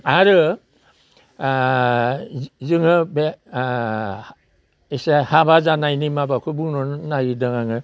आरो जोङो बे एसे हाबा जानायनि माबाखौ बुंनो नागिरदों आङो